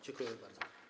Dziękuję bardzo.